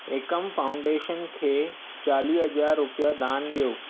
एकम foundation खे चालीह हज़ार रुपिया दान ॾियो